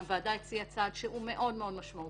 הוועדה הציעה צעד מאוד משמעותי.